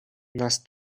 нас